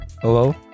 Hello